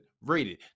rated